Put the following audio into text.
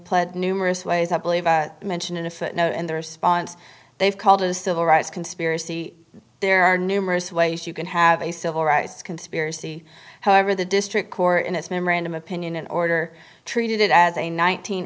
pled numerous ways i believe i mentioned in a footnote and the response they've called a civil rights conspiracy there are numerous ways you can have a civil rights conspiracy however the district court in its memorandum opinion and order treated it as a nine